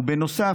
ובנוסף,